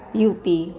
UP